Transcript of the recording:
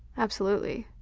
absolutely.